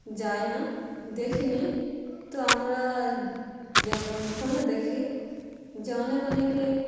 যায় না দেখিনি তো আমরা যেমন ফোনে দেখি যে অনেক অনেকে